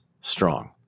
strong